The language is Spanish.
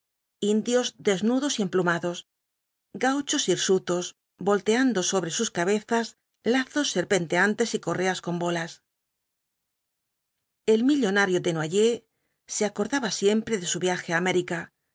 indios desnudos y emplumados gauchos hirsutos volteando sobre sus cabezas lazos serpenteantes y correas con bolas el millonario desnoyers se acordaba siempre de su viaje á américa